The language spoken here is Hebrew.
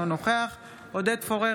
אינו נוכח עודד פורר,